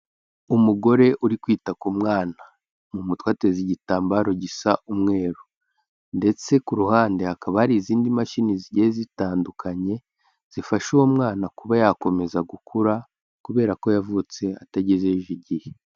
Umugore uri kwita ku mwana mu mutwe ateza igitambaro gisa umweru. Ndetse ku ruhande hakaba hari izindi mashini zigiye zitandukanye, zifasha uwo mwana kuba yakomeza gukura kubera ko yavutse atagezeje igihe.